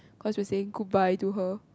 because we're saying goodbye to her